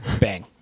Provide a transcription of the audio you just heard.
bang